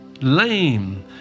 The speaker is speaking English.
Lame